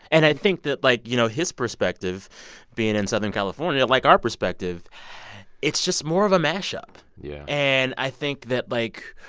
and i think that, like, you know, his perspective being in southern california, like our perspective it's just more of a mash-up. yeah and i think that, like,